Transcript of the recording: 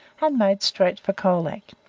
and made straight for colac.